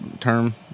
term